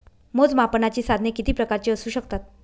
मोजमापनाची साधने किती प्रकारची असू शकतात?